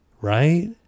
Right